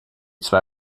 zwei